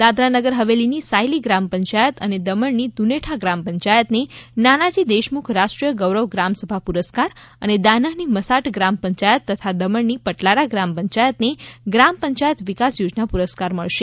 દાદરા નગર હવેલીની સાયલી ગ્રામ પંચાયત અને દમણની દુનેઠા ગ્રામ પંચાયતને નાનાજી દેશમુખ રાષ્ટ્રીય ગૌરવ ગ્રામસભા પુરસ્કાર અને દાનહની મસાટ ગ્રામ પંચાયત તથા દમણની પટલારા ગ્રામ પંચાયતને ગ્રામ પંચાયત વિકાસ યોજના પુરસ્કાર મળશે